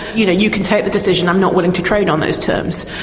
you know you can take the decision i'm not willing to trade on those terms.